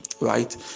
right